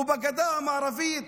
בגדה הערבית,